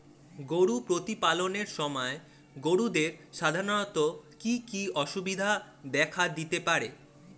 গরু প্রতিপালনের সময় গরুদের সাধারণত কি কি অসুবিধা দেখা দিতে পারে?